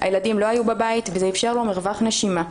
הילדים לא היו בבית, וזה אפשר לו מרווח נשימה.